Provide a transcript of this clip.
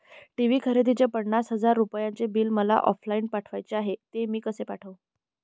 TV खरेदीचे पन्नास हजार रुपयांचे बिल मला ऑफलाईन पाठवायचे आहे, ते मी कसे पाठवू?